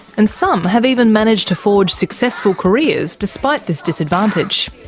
and some have even managed to forge successful careers despite this disadvantage.